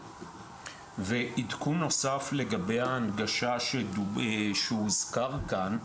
עדכון נוסף לגבי ההנגשה שהוזכרה כאן: